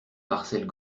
marcel